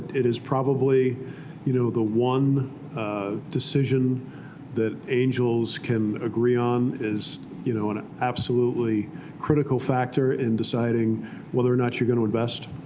it is probably you know the one decision that angels can agree on is you know an absolutely critical factor in deciding whether or not you're going to invest.